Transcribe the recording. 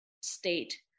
state